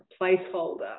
placeholder